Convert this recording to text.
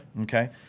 Okay